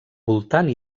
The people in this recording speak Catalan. voltant